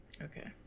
Okay